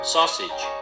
Sausage